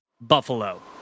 Buffalo